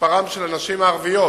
מספרן של הנשים הערביות,